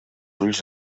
ulls